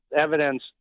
evidence